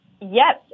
Yes